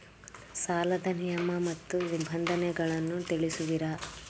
ಸಾಲದ ನಿಯಮ ಮತ್ತು ನಿಬಂಧನೆಗಳನ್ನು ತಿಳಿಸುವಿರಾ?